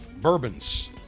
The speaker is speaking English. bourbons